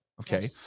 Okay